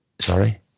Sorry